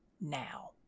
now